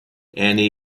anne